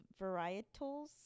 Varietals